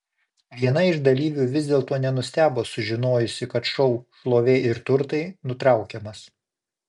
viena iš dalyvių vis dėlto nenustebo sužinojusi kad šou šlovė ir turtai nutraukiamas